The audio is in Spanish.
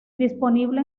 disponible